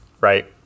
right